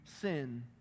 sin